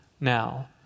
now